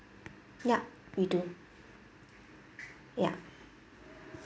ya we do ya